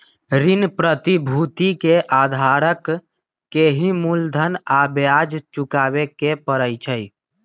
ऋण प्रतिभूति के धारक के ही मूलधन आ ब्याज चुकावे के परई छई